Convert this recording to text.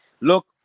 look